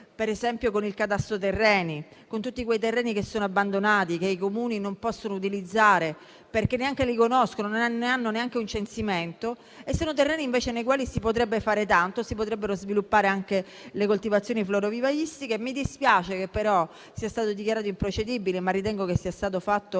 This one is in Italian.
per esempio, con il catasto terreni, perché ci sono tanti terreni abbandonati, che i Comuni non possono utilizzare, perché neanche li conoscono e non ne hanno neanche un censimento, sui quali invece si potrebbe fare tanto e si potrebbero sviluppare anche coltivazioni florovivaistiche. Mi dispiace che sia stato dichiarato improcedibile, ma ritengo che sia stato fatto